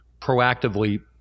proactively